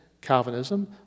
Calvinism